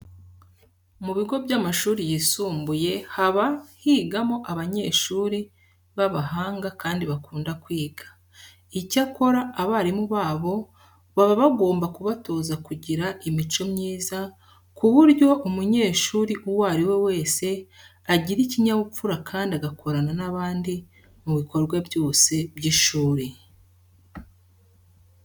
Mu bigo by'amashuri yisumbuye haba higamo abanyeshuri b'abahanga kandi bakunda kwiga. Icyakora, abarimu babo baba bagomba kubatoza kugira imico myiza ku buryo umunyeshuri uwo ari we wese agira ikinyabupfura kandi agakorana n'abandi mu bikorwa byose by'ishuri.